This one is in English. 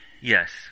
Yes